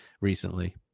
recently